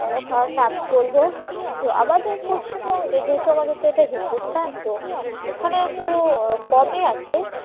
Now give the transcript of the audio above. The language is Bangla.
ও কার নাম করব তো আমাদের পশ্চিমবঙ্গে যেহেতু আমাদের তো এটা হিন্দুস্তান তো এখানে একটু কমই আছে